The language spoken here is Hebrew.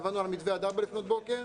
עברנו על המתווה עד ארבע לפנות בוקר,